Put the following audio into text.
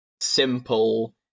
simple